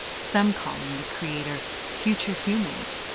some calling the creator future humans,